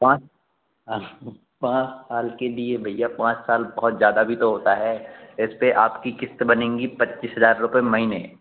पाँच आह उह पाँच साल के लिए भैया पाँच साल बहुत ज़्यादा भी तो होता है इस पर आपकी क़िस्त बनेंगी पच्चीस हज़ार महीने